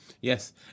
Yes